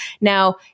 Now